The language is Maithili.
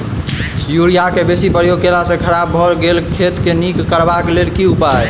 यूरिया केँ बेसी प्रयोग केला सऽ खराब भऽ गेल खेत केँ नीक करबाक लेल की उपाय?